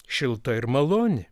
šilta ir maloni